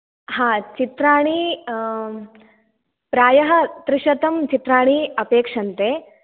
हा चित्राणि प्रायः त्रिशतं चित्राणि अपेक्षन्ते